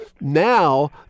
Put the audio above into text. Now